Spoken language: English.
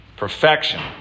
Perfection